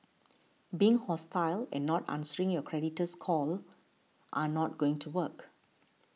being hostile and not answering your creditor's call are not going to work